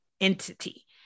entity